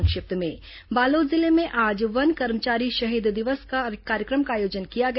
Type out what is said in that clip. संक्षिप्त समाचार बालोद जिले में आज वन कर्मचारी शहीद दिवस कार्यक्रम का आयोजन किया गया